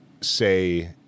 say